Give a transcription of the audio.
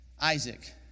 Isaac